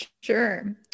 sure